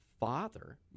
father